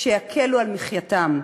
שיקלו על מחייתם.